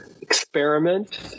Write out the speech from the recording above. experiment